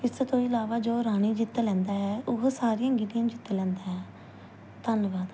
ਇਸ ਤੋਂ ਇਲਾਵਾ ਜੋ ਰਾਣੀ ਜਿੱਤ ਲੈਂਦਾ ਹੈ ਉਹ ਸਾਰੀਆਂ ਗੀਟੀਆਂ ਜਿੱਤ ਲੈਂਦਾ ਹੈ ਧੰਨਵਾਦ